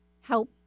help